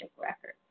records